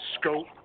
scope